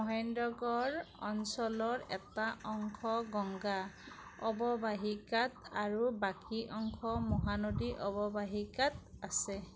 মহেন্দ্ৰগড় অঞ্চলৰ এটা অংশ গংগা অৱবাহিকাত আৰু বাকী অংশ মহানদী অৱবাহিকাত আছে